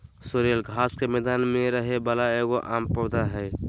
sorrel घास के मैदान में रहे वाला एगो आम पौधा हइ